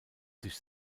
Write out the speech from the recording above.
sich